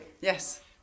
Yes